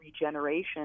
regeneration